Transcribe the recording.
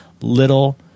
little